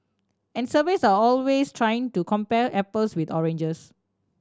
and surveys are always trying to compare apples with oranges